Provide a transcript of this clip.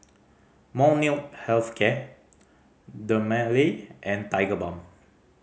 Molnylcke Health Care Dermale and Tigerbalm